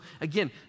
again